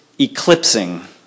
eclipsing